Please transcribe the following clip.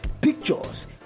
pictures